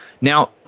Now